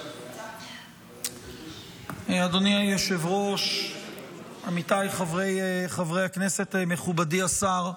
אדוני היושב-ראש, עמיתיי חברי הכנסת, מכובדי השר,